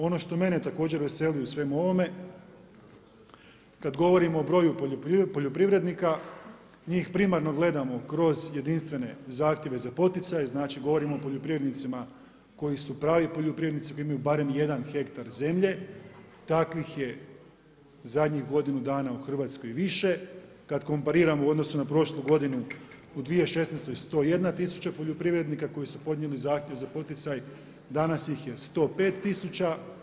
Ono što mene također veseli u svemu ovome kada govorimo o broju poljoprivrednika, njih primarno gledamo kroz jedinstvene zahtjeve za poticaj, znači govorimo o poljoprivrednicima koji su pravi poljoprivrednici koji imaju barem 1 hektar zemlje, takvih je zadnjih godinu dana u Hrvatskoj više, kada kompariramo u odnosu na prošlu godinu u 2016. 101 tisuća poljoprivrednika koji su podnijeli zahtjev za poticaj, danas ih je 105 tisuća.